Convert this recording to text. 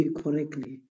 correctly